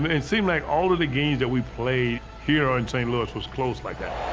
it seemed like all of the games that we played here or in st. louis was close like that.